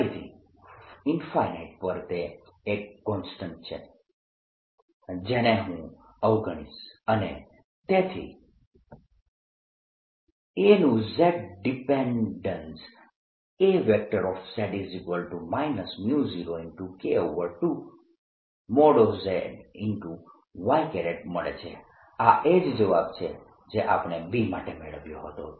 ફરીથી પર તે એક કોન્સ્ટન્ટ છે જેને હું અવગણીશ અને તેથી A નું z dependence Az 0K2z y મળે છે આ એ જ જવાબ છે જે આપણે B માટે મેળવ્યો હતો